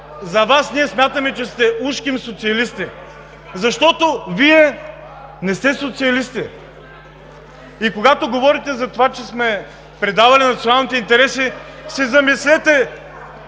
за Вас ние смятаме, че сте ужким социалисти. Защото Вие не сте социалисти. И когато говорите за това, че сме предавали националните интереси, се замислете